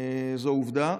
זו עובדה: